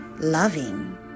loving